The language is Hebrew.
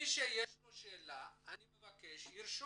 מי שיש לו שאלה, אני מבקש שירשום.